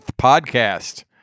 podcast